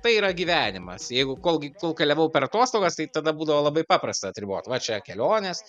tai yra gyvenimas jeigu kol gy kol keliavau per atostogas tai tada būdavo labai paprasta atribot va čia kelionės